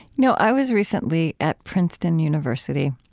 know, i was recently at princeton university,